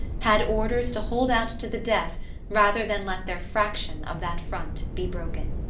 had orders to hold out to the death rather than let their fraction of that front be broken.